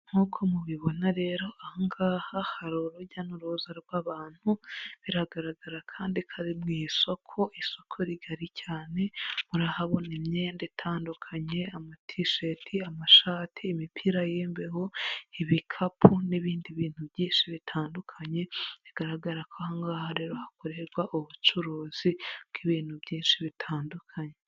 Nk'uko mubibona rero aha ngaha hari urujya n'uruza rw'abantu, biragaragara kandi ko ari mu isoko, isoko rigari cyane murahabona imyenda itandukanye, amatisheti, amashati, imipira y'imbeho, ibikapu, n'ibindi bintu byinshi bitandukanye, bigaragara ko aha ngaha rero hakorerwa ubucuruzi bw'ibintu byinshi bitandukanye.